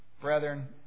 brethren